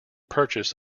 purchase